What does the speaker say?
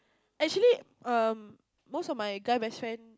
actually um most of my guy best friend